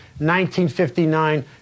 1959